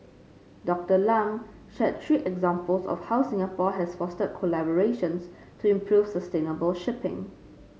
Doctor Lam shared three examples of how Singapore has fostered collaborations to improve sustainable shipping